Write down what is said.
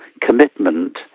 commitment